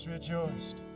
Rejoiced